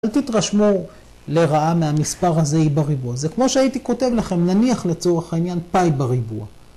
אל תתרשמו לרעה מהמספר הזה e בריבוע, זה כמו שהייתי כותב לכם נניח לצורך העניין פאי בריבוע.